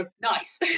nice